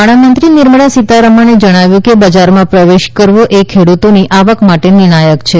નાણાંમંત્રી નિર્મળા સીતારમણે જણાવ્યું કે બજારમાં પ્રવેશ કરવો એ ખેડૂતોની આવક માટે નિર્ણાયક છે